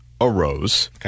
arose